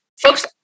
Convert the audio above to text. folks